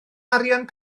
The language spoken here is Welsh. arian